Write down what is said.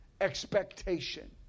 expectation